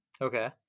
Okay